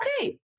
okay